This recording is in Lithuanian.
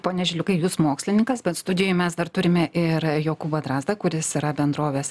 pone žiliukai jūs mokslininkas bet studijoje mes dar turime ir jokūbą drazdą kuris yra bendrovės